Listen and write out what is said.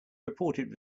reported